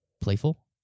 playful